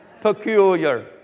Peculiar